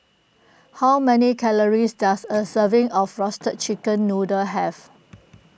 how many calories does a serving of Roasted Chicken Noodle have